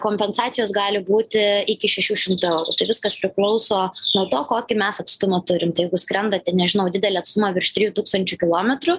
kompensacijos gali būti iki šešių šimtų eurų tai viskas priklauso nuo to kokį mes atstumą turim tai jeigu skrendate nežinau didelį atstumą virš trijų tūkstančių kilometrų